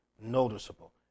noticeable